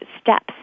steps